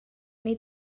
wnei